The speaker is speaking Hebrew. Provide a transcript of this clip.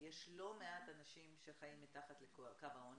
יש לא מעט אנשים שחיים מתחת לקו העוני.